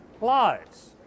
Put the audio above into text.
lives